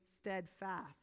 steadfast